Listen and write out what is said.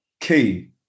key